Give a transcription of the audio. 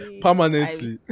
permanently